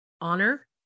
honor